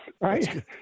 Right